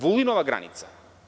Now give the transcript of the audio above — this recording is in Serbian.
Vulinova granica.